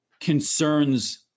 concerns